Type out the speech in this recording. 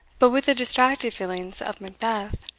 but with the distracted feelings of macbeth,